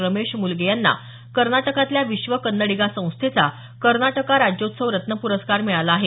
रमेश मुलगे यांना कर्नाटकातल्या विश्व कन्नडिगा संस्थेचा कर्नाटका राज्योत्सव रत्न पुरस्कार मिळाला आहे